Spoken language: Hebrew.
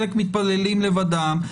חלק מתפללים לבדם,